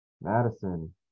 Madison